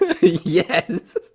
Yes